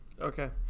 Okay